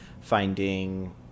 finding